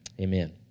Amen